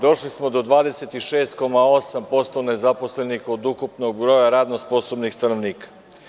Došli smo do 26,8% nezaposlenih od ukupno radnog broja sposobnih stanovnika.